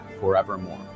forevermore